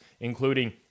including